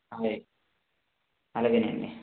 అలాగేనండి